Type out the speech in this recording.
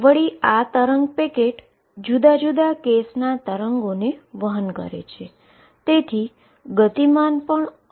વળી આ wave packet જુદા જુદા કેસના વેવ વહન કરે છે